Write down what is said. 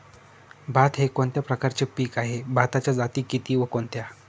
भात हे कोणत्या प्रकारचे पीक आहे? भाताच्या जाती किती व कोणत्या?